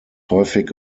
häufig